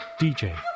DJ